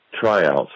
tryouts